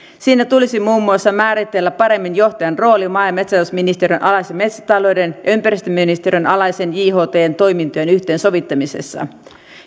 siinä tulisi muun muassa määritellä paremmin johtajan rooli maa ja metsätalousministeriön alaisen metsätalouden ja ympäristöministeriön alaisen jhtn toimintojen yhteensovittamisessa